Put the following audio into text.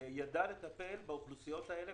ידע לטפל באוכלוסיות האלו,